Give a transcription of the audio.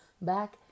back